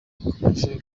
akomeje